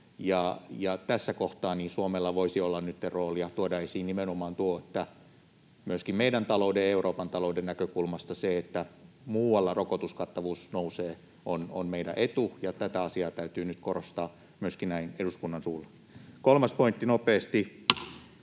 Tässä kohtaa Suomella voisi nytten olla roolia tuoda esiin nimenomaan sitä, että myöskin meidän talouden ja Euroopan talouden näkökulmasta on meidän etumme, että muualla rokotuskattavuus nousee, ja tätä asiaa täytyy nyt korostaa myöskin näin eduskunnan suulla. Kolmas pointti nopeasti.